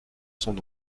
son